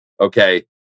okay